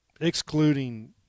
excluding